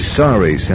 sorry